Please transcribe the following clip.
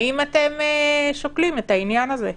האם אתם שוקלים את העניין הזה?